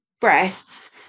breasts